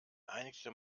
einigte